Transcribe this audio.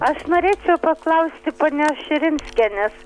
aš norėčiau paklausti ponios širinskienės